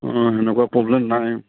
অঁ এনেকুৱা প্ৰব্লেম নাই